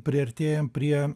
priartėjam prie